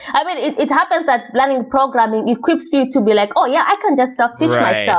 i mean, it it happens that learning programming equips you to be like, oh, yeah. i can just self-teach yeah